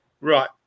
Right